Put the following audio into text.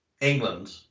England